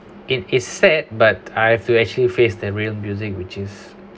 it is sad but I have to actually face the realistic which is